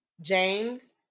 James